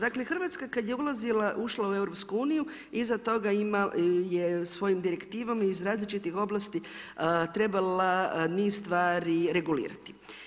Dakle, Hrvatska kad je ušla u EU iza toga je svojim direktivama iz različitih oblasti trebala niz stvari regulirati.